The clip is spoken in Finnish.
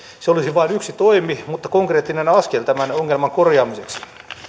se olisi vain yksi toimi mutta konkreettinen askel tämän ongelman korjaamiseksi